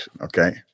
Okay